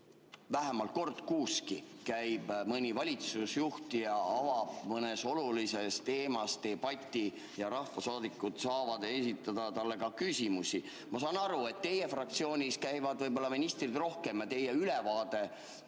vähemalt kord kuuski käib valitsusjuht ja avab mõnes olulises teemas debati ja rahvasaadikud saavad esitada talle küsimusi? Ma saan aru, et teie fraktsioonis käivad ministrid rohkem ja teie ülevaade